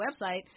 website